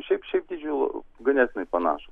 šiaip šiaip dydžiu ganėtinai panašūs